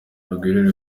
rugwiro